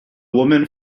woman